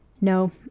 No